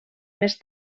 més